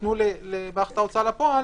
נתנו למערכת ההוצאה לפועל